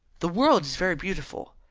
the world is very beautiful,